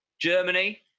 Germany